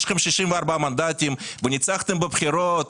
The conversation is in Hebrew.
יש לכם 64 מנדטים וניצחתם בבחירות.